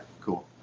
cool